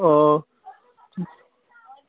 অঁ